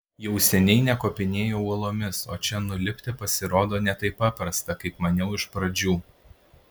jau seniai nekopinėju uolomis o čia nulipti pasirodė ne taip paprasta kaip maniau iš pradžių